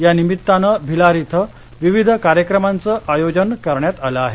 या निमित्तानं भिलार इथं विविध कार्यक्रमांचं आयोजन करण्यात आलं आहे